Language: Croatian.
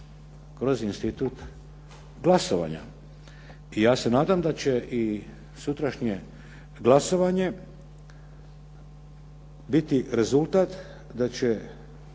kroz institut glasovanja i ja se nadam da će i sutrašnje glasovanje biti rezultat, da će